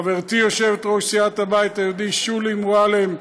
חברתי יושבת-ראש סיעת הבית היהודי שולי מועלם,